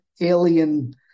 alien